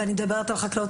ואני מדברת על חקלאות,